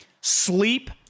Sleep